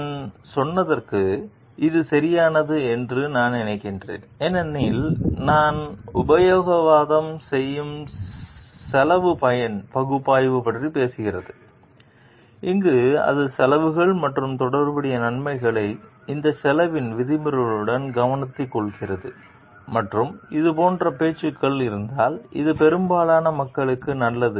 நான் சொன்னதற்கு இது சரியானது என்று நான் நினைக்கிறேன் ஏனெனில் இந்த உபயோகவாதம் செலவு பயன் பகுப்பாய்வு பற்றி பேசுகிறது அங்கு அது செலவுகள் மற்றும் தொடர்புடைய நன்மைகளை அந்த செலவின் விதிமுறைகளுடன் கவனித்துக்கொள்கிறது மற்றும் இது போன்ற பேச்சுக்கள் இருந்தால் அது பெரும்பான்மையான மக்களுக்கு நல்லது